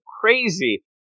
crazy